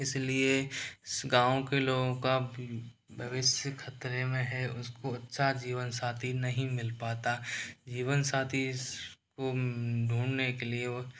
इसलिए गाँव के लोगों का भविष्य खतरे में है उसको अच्छा जीवनसाथी नहीं मिल पाता जीवनसाथी को ढूंढने के लिए वह